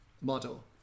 model